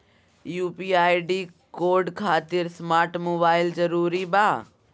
UPI code खातिर smart mobile जरूरी बा?